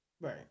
Right